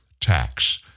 tax